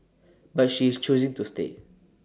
but she is choosing to stay